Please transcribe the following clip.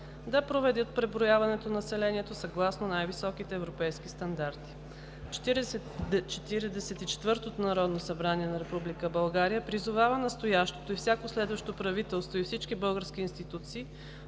да проведат преброяването на населението съгласно най-високите европейски стандарти. Четиридесет и четвъртото народно събрание на Република България призовава настоящото и всяко следващо правителство и всички български институции